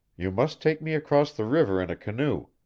you must take me across the river in a canoe,